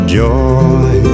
joy